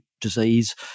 disease